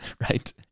right